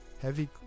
Heavy